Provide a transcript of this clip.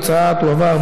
ההצעה תועבר,